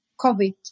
COVID